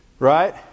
Right